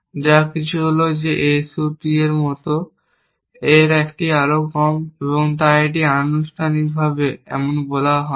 যা কিছু হল A C 2 এর মতো আরও একটি কম তাই এটিকে আনুষ্ঠানিকভাবে এমন বলা হয় না